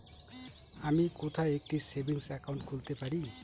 আমি কোথায় একটি সেভিংস অ্যাকাউন্ট খুলতে পারি?